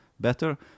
better